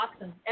awesome